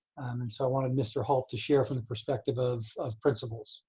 and so i wanted mr. halt to share from the perspective of of principals.